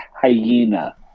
hyena